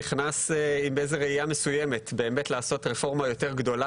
הוא נכנס עם ראייה מסוימת של לעשות רפורמה יותר גדולה